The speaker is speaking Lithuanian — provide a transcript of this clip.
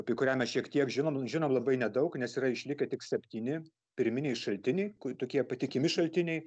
apie kurią mes šiek tiek žinom žinom labai nedaug nes yra išlikę tik septyni pirminiai šaltiniai kur tokie patikimi šaltiniai